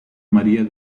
maría